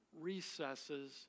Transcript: recesses